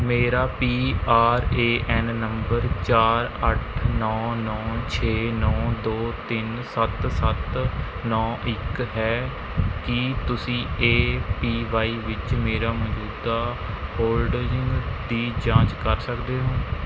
ਮੇਰਾ P R A N number ਚਾਰ ਅੱਠ ਨੌ ਨੌ ਛੇ ਨੌ ਦੋ ਤਿੰਨ ਸੱਤ ਸੱਤ ਨੌ ਇੱਕ ਹੈ ਕੀ ਤੁਸੀਂ ਏ ਪੀ ਵਾਈ ਵਿੱਚ ਮੇਰਾ ਮੌਜੂਦਾ ਹੋਲਡਜ਼ਿੰਗ ਦੀ ਜਾਂਚ ਕਰ ਸਕਦੇ ਹੋ